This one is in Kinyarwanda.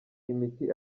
imiti